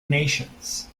nations